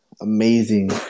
amazing